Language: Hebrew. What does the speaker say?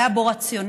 היה בו רציונל.